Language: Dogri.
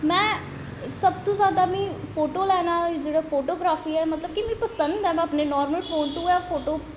सबतो जादा में फोटो लैना फोटोग्राफी मीं मतलव पसंद ऐ में अपनें नार्मल फोन तो गै फोटो